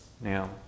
Now